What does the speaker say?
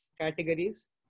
categories